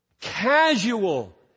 casual